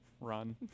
run